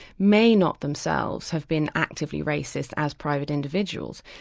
may not themselves have been actively racist as private individuals.